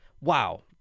Wow